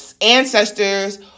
ancestors